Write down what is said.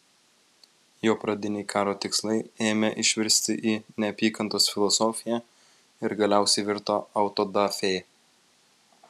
jo pradiniai karo tikslai ėmė išvirsti į neapykantos filosofiją ir galiausiai virto autodafė